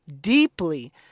deeply